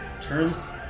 Turns